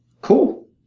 Cool